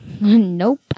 Nope